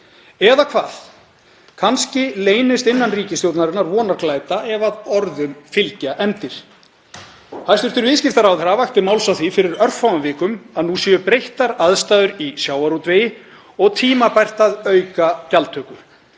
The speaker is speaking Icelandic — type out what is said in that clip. Eða hvað? Kannski leynist innan ríkisstjórnarinnar vonarglæta ef orðum fylgja efndir. Hæstv. viðskiptaráðherra vakti máls á því fyrir örfáum vikum að nú væru breyttar aðstæður í sjávarútvegi og tímabært að auka gjaldtöku.